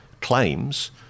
claims